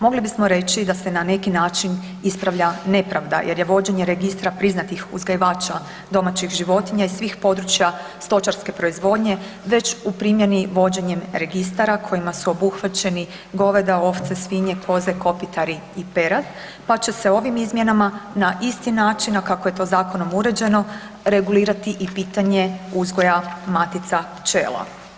Mogli bismo reći da se na neki način ispravlja nepravda jer je vođenje registra priznatih uzgajivača domaćih životinja iz svih područja stočarske proizvodnje već u primjeni vođenjem registara kojima su obuhvaćeni goveda, ovce, svinje, koze, kopitari i perad pa će se ovim izmjenama na isti način kako je to zakonom uređeno, regulirati i pitanje uzgoja matica pčela.